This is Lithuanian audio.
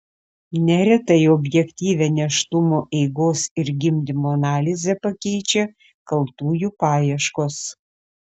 neretai objektyvią nėštumo eigos ir gimdymo analizę pakeičia kaltųjų paieškos